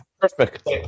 Perfect